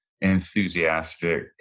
enthusiastic